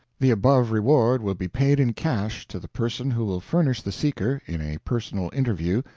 the above reward will be paid in cash to the person who will furnish the seeker, in a personal interview,